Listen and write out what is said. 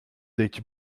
detg